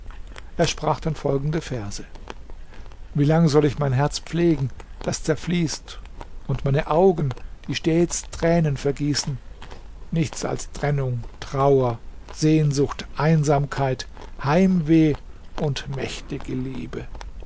er sprach dann folgende verse wie lang soll ich mein herz pflegen das zerfließt und meine augen die stets tränen vergießen nichts als trennung trauer sehnsucht einsamkeit heimweh und mächtige liebe